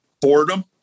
boredom